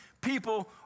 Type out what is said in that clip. people